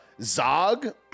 Zog